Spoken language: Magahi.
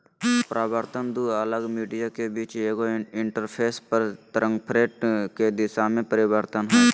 परावर्तन दू अलग मीडिया के बीच एगो इंटरफेस पर तरंगफ्रंट के दिशा में परिवर्तन हइ